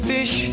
Fish